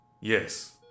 Yes